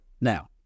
Now